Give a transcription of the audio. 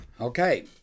Okay